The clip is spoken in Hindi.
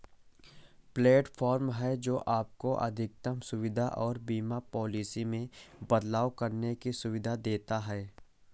प्लेटफॉर्म है, जो आपको अधिकतम सुविधा और बीमा पॉलिसी में बदलाव करने की सुविधा देता है